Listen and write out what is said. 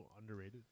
underrated